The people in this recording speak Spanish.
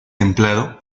templado